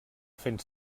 fent